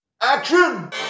Action